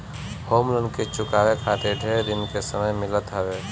home loan के चुकावे खातिर ढेर दिन के समय मिलत हवे